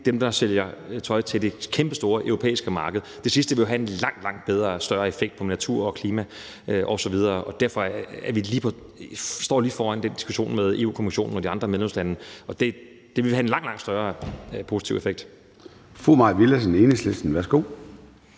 dem, der sælger tøj til det kæmpestore europæiske marked? Det sidste vil jo have en langt, langt større effekt på natur, klima osv. Derfor står vi lige foran den diskussion med Europa-Kommissionen og de andre medlemslande, og det vil have en langt, langt større positiv effekt. Kl. 13:55 Formanden (Søren